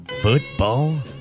Football